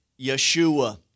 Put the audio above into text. Yeshua